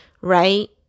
right